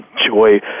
enjoy